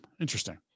Interesting